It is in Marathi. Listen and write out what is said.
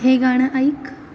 हे गाणं ऐक